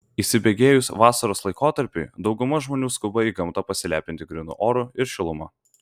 įsibėgėjus vasaros laikotarpiui dauguma žmonių skuba į gamtą pasilepinti grynu oru ir šiluma